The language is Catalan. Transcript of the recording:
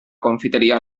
confiteria